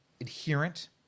adherent